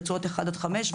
רצועות אחת עד חמש.